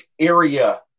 area